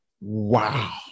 wow